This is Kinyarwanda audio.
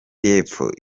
y’epfo